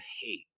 hate